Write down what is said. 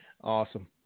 Awesome